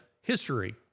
history